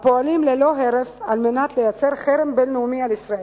הפועלים ללא הרף על מנת לייצר חרם בין-לאומי על ישראל.